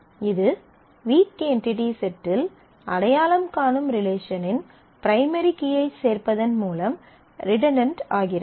இது week entity செட்டில் அடையாளம் காணும் ரிலேஷனின் பிரைமரி கீயைச் சேர்ப்பதன் மூலம் ரிடன்டன்ட் ஆகிறது